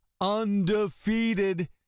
undefeated